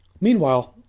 Meanwhile